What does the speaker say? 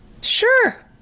sure